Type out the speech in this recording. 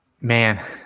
man